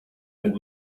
and